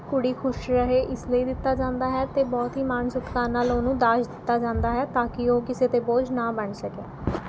ਕੁੜੀ ਖੁਸ਼ ਰਹੇ ਇਸ ਲਈ ਦਿੱਤਾ ਜਾਂਦਾ ਹੈ ਅਤੇ ਬਹੁਤ ਹੀ ਮਾਣ ਸਤਿਕਾਰ ਨਾਲ ਉਹਨੂੰ ਦਾਜ ਦਿੱਤਾ ਜਾਂਦਾ ਹੈ ਤਾਂ ਕਿ ਉਹ ਕਿਸੇ 'ਤੇ ਬੋਝ ਨਾ ਬਣ ਸਕੇ